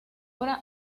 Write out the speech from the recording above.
obra